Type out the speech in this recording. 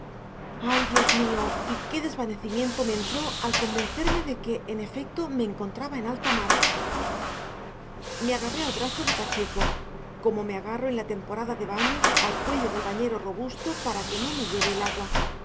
ay dios mío y qué desvanecimiento me entró al convencerme de que en efecto me encontraba en alta mar me agarré al brazo de pacheco como me agarro en la temporada de baños al cuello del bañero robusto para que no me lleve el agua